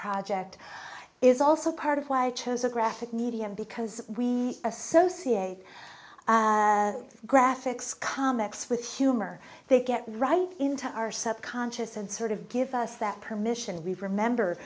project is also part of why i chose a graphic medium because we associate graphics comics with humor they get right into our subconscious and sort of give us that permission we remember